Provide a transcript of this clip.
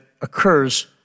occurs